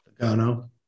Logano